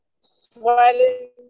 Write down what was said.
sweating